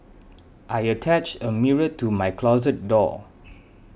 I attached a mirror to my closet door